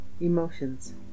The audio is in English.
emotions